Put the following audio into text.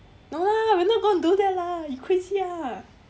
no lah we not gonna do that lah you crazy ah